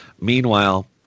Meanwhile